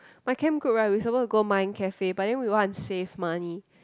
my camp group right we suppose to go mind cafe but then we want to save money